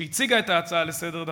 שהציגה את ההצעה לסדר-היום,